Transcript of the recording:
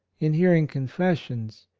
in hearing confessions,